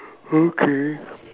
okay